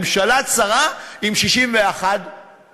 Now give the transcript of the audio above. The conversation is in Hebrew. ממשלה צרה עם 61 ח"כים,